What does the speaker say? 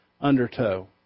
undertow